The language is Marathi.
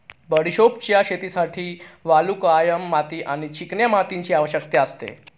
बडिशोपच्या शेतीसाठी वालुकामय माती आणि चिकन्या मातीची आवश्यकता असते